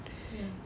ya